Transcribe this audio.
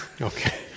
Okay